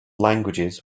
languages